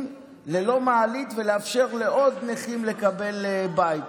ללא מעלית ולאפשר לעוד נכים לקבל בית.